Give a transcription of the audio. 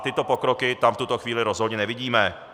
Tyto pokroky tam v tuto chvíli rozhodně nevidíme.